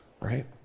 right